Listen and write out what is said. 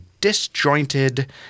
disjointed